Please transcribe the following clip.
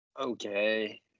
okay